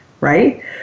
right